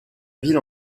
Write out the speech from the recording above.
ville